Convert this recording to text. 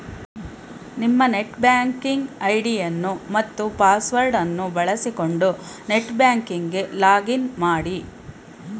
ನಿಮ್ಮ net banking ಐಡಿಯನ್ನು ಮತ್ತು ಪಾಸ್ವರ್ಡ್ ಅನ್ನು ಬಳಸಿಕೊಂಡು ನೆಟ್ ಬ್ಯಾಂಕಿಂಗ್ ಗೆ ಲಾಗ್ ಇನ್ ಮಾಡಿ